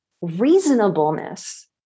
reasonableness